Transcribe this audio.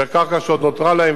מהקרקע שעוד נותרה להם.